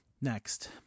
Next